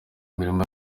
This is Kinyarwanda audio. imirimo